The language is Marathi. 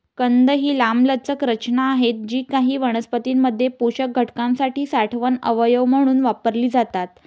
कंद ही लांबलचक रचना आहेत जी काही वनस्पतीं मध्ये पोषक घटकांसाठी साठवण अवयव म्हणून वापरली जातात